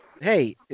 Hey